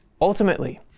Ultimately